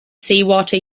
seawater